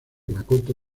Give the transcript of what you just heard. makoto